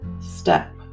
step